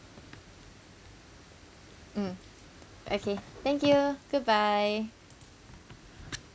mm okay thank you goodbye